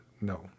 No